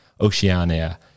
Oceania